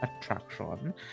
attraction